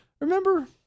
Remember